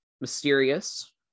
mysterious